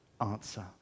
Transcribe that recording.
answer